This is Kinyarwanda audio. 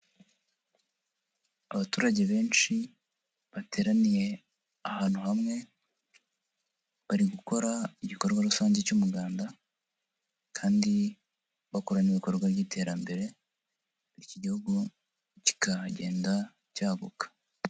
Abaturage benshi bateraniye ahantu hamwe bari gukora igikorwa rusange cy'umuganda, kandi bakora n'ibikorwa by'iterambere iki gihugu kikagenda cyaguka.